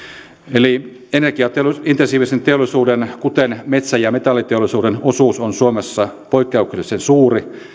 eli energiaintensiivisen teollisuuden kuten metsä ja metalliteollisuuden osuus on suomessa poikkeuksellisen suuri